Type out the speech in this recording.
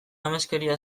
ameskeria